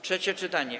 Trzecie czytanie.